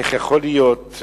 איך יכול להיות,